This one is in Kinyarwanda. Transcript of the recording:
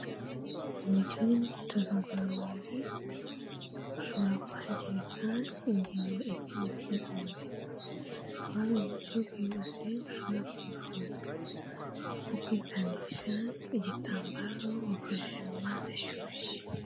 Mu gihe uri mu myitozo ngororamubiri ushobora kwangirika ingingo imwe mu zigize umubiri, hakaba hari uburyo bwihuse ushobora kwivuza, nko kwikandisha igitambaro wakojeje mu mazi ashyushye.